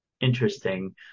interesting